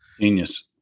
genius